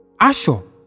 Asho